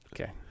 okay